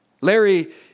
Larry